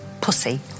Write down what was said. pussy